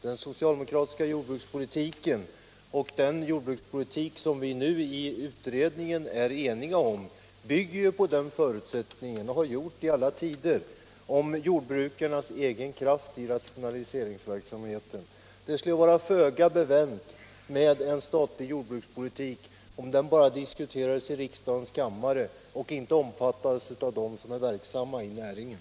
Den socialdemokratiska jordbrukspolitiken och den jordbrukspolitik som vi nu i utredningen är eniga om bygger ju på förutsättningen —- och det har den socialdemokratiska jordbrukspolitiken gjort i alla tider - att man kan räkna med jordbrukarnas egen kraft i rationaliseringsverksamheten. Det skulle vara föga bevänt med en statlig jordbrukspolitik om den bara diskuterades i riksdagens kammare och inte omfattades av dem som är verksamma i näringen.